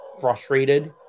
frustrated